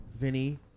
Vinny